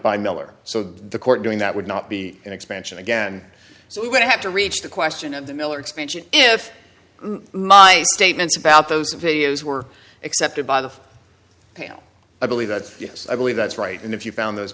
by miller so the court doing that would not be an expansion again so we would have to reach the question of the miller expansion if my statements about those videos were accepted by the pale i believe that yes i believe that's right and if you found those